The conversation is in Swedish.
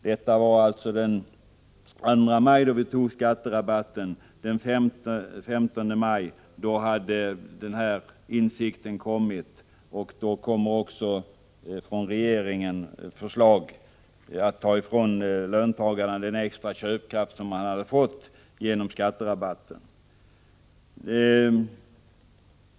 ”Detta sades den 2 maj, då vi fattade beslut om skatterabatten. Den 15 maj hade insikten kommit, och då kommer också från regeringen förslag om att ta ifrån löntagarna den extra köpkraft de hade fått genom skatterabatten.